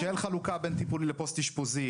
שתהיה חלוקה בין טיפולי לפוסט אשפוזי,